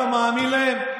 אתה מאמין להם?